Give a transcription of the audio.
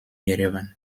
yerevan